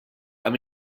amb